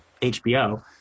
HBO